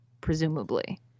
presumably